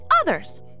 others